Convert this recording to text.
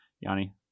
yanni